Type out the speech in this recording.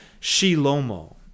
shilomo